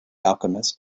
alchemist